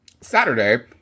Saturday